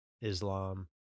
Islam